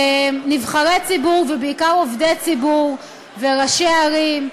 נבחרי ציבור, ובעיקר עובדי ציבור וראשי ערים,